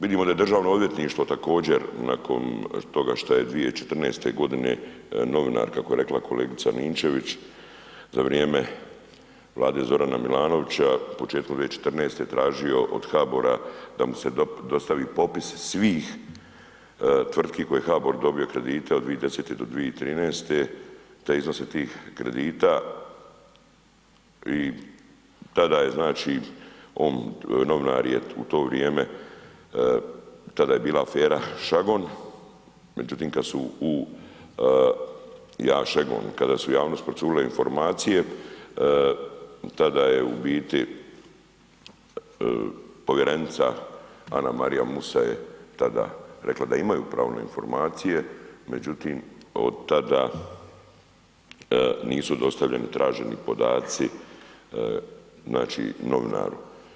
Vidimo da je državno odvjetništvo također nakon toga što je 2014. godine novinarka kako je rekla kolegica Ninčević za vrijeme Vlade Zorana Milanovića početkom 2014. tražio o HBOR-a da mu se dostavi popis svih tvrtki koje je HBOR dobio kredite od 2010. do 2013. te iznose tih kredita i tada je znači on, novinar je u to vrijeme, tada je bila afera Šegon, međutim kada su u ... Šegon, kada su u javnost procurile informacije tada je u biti povjerenica Anamarija Musa je tada rekla da imaju pravo na informacije međutim od tada nisu dostavljeni traženi podati, znači novinaru.